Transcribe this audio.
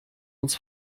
uns